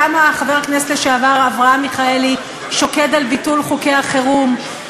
כמה חבר הכנסת לשעבר אברהם מיכאלי שוקד על ביטול חוקי החירום,